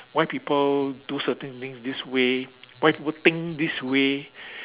why people do certain things this way why people think this way